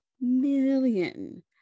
million